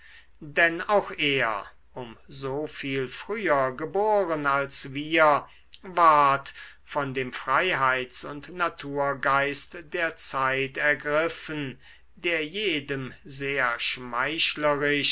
denn auch er um so viel früher geboren als wir ward von dem freiheits und naturgeist der zeit ergriffen der jedem sehr